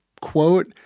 quote